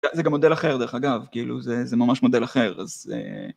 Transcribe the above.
זה גם מודל אחר דרך אגב כאילו זה זה ממש מודל אחר אז.